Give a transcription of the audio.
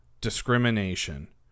discrimination